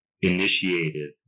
initiated